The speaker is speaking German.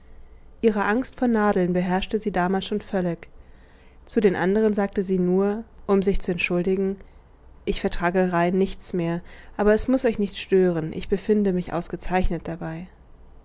ihre angst vor nadeln beherrschte sie damals schon völlig zu den anderen sagte sie nur um sich zu entschuldigen ich vertrage rein nichts mehr aber es muß euch nicht stören ich befinde mich ausgezeichnet dabei